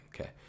Okay